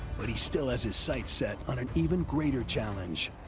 but he still has his sights set on an even greater challenge,